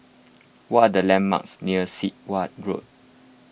what are the landmarks near Sit Wah Road